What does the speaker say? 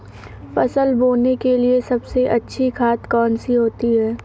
फसल बोने के लिए सबसे अच्छी खाद कौन सी होती है?